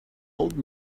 old